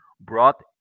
brought